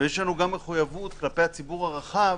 ויש לנו גם מחויבות כלפי הציבור הרחב,